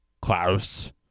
Klaus